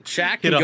Shaq